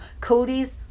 Cody's